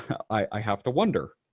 i have to wonder.